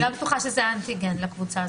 אני לא בטוחה שזה אנטיגן לקבוצה הזאת.